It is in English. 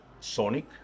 Sonic